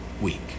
week